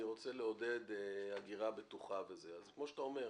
"אני רוצה לעודד הגירה בטוחה" אז כמו שאתה אומר,